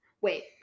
Wait